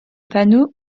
panneaux